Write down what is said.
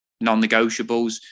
non-negotiables